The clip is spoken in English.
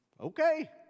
Okay